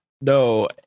no